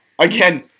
Again